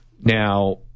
Now